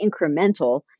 incremental